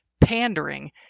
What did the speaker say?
pandering